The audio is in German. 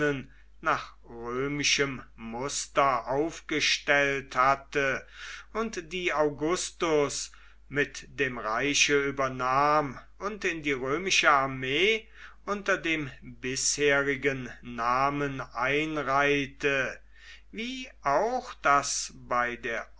nach römischem muster aufgestellt hatte und die augustus mit dem reiche übernahm und in die römische armee unter dem bisherigen namen einreihte wie auch daß bei der